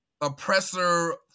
oppressor